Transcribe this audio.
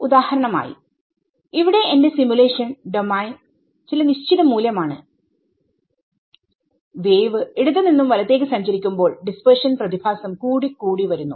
ഉദാഹരണമായി ഇവിടെ എന്റെ സിമുലേഷൻഡോമെയിൻ ചില നിശ്ചിത മൂല്യം ആണ് വേവ് ഇടത് നിന്നും വലത്തേക്ക് സഞ്ചരിക്കുമ്പോൾ ഡിസ്പെർഷൻപ്രതിഭാസം കൂടി കൂടി വരുന്നു